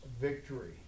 victory